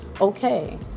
Okay